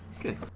Good